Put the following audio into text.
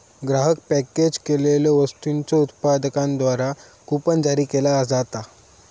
ग्राहक पॅकेज केलेल्यो वस्तूंच्यो उत्पादकांद्वारा कूपन जारी केला जाता